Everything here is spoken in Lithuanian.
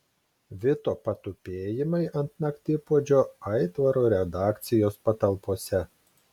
vito patupėjimai ant naktipuodžio aitvaro redakcijos patalpose